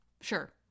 sure